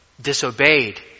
disobeyed